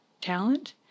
talent